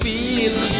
Feel